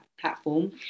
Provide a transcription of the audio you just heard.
platform